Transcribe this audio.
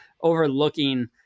overlooking